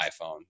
iPhone